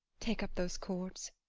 take up those cords.